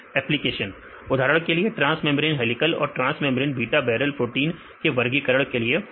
विद्यार्थी application application उदाहरण के लिए ट्रांस मेंब्रेन हेलीकल और transmembrane beta barrel protein के वर्गीकरण के लिए